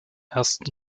ersten